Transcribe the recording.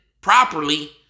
properly